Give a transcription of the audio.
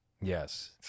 Yes